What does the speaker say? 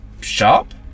shop